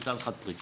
מצד אחד פריקות.